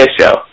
show